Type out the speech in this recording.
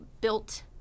built